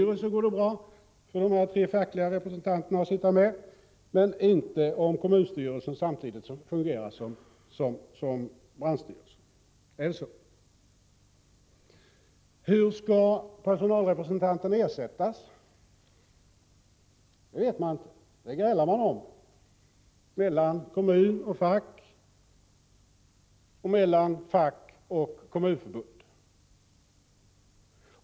Det går bra för de tre fackliga representanterna att sitta med i en brandstyrelse, men inte om kommunstyrelsen samtidigt fungerar som brandstyrelse. Är det så? Hur skall vidare personalrepresentanterna ersättas? Det vet man inte, utan det grälar man om mellan kommun och fack liksom mellan fack och kommunförbund.